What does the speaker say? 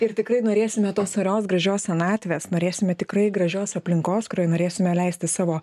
ir tikrai norėsime tos orios gražios senatvės norėsime tikrai gražios aplinkos kurioj norėsime leisti savo